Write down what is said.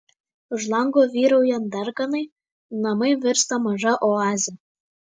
už lango vyraujant darganai namai virsta maža oaze